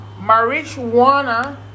marijuana